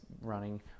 running